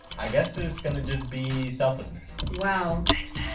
i guess, is going to just be selflessness wow. thanks dad!